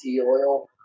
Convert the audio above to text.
oil